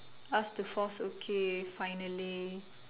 ask to force okay finally